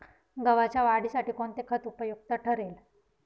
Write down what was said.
गव्हाच्या वाढीसाठी कोणते खत उपयुक्त ठरेल?